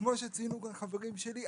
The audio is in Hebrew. כמו שציינו כאן חברים שלי,